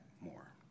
more